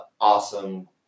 awesome